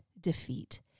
defeat